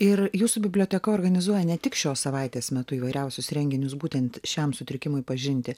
ir jūsų biblioteka organizuoja ne tik šios savaitės metu įvairiausius renginius būtent šiam sutrikimui pažinti